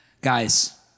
Guys